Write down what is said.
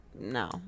No